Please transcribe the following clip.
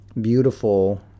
beautiful